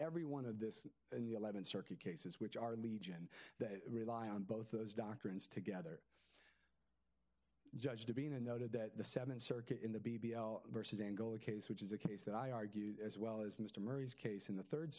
every one of this and the eleventh circuit cases which are legion that rely on both those doctrines together judge to being a noted that the seventh circuit in the b b l vs angola case which is a case that i argued as well as mr murray's case in the third